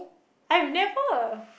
I've never